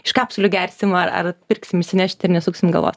iš kapsulių gersim ar ar pirksim išsinešti ir nesuksim galvos